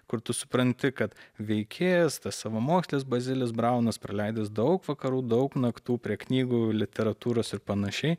kur tu supranti kad veikėjas savamokslis bazilis braunas praleidęs daug vakarų daug naktų prie knygų literatūros ir panašiai